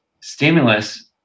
stimulus